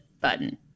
button